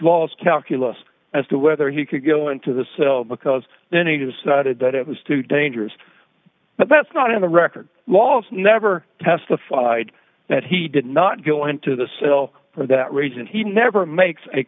laws calculus as to whether he could go into the cell because then it was cited that it was too dangerous but that's not in the record laws never testified that he did not go into the cell for that reason he never makes a